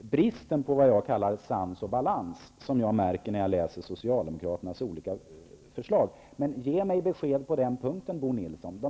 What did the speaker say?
bristen i sans och balans som jag märker när jag läser Socialdemokraternas olika förslag. Ge mig besked på den punkten, Bo Nilsson.